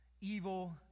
Evil